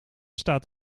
staat